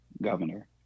Governor